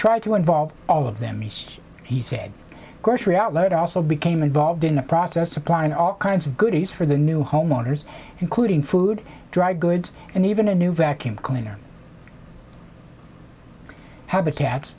try to involve all of them he said grocery outlet also became involved in the process supplying all kinds of goodies for the new homeowners including food drive goods and even a new vacuum cleaner habitat